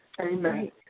amen